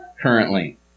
currently